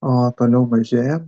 o toliau mažėja